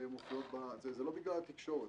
זה לא בגלל התקשורת,